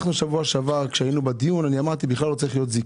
בשבוע שעבר בדיון אמרתי שבכלל לא צריכה להיות זיקה.